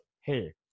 hey